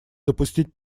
допустить